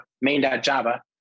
main.java